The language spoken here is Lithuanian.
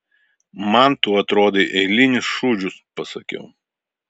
man tu atrodai eilinis šūdžius pasakiau